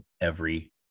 every-